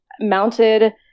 mounted